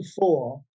four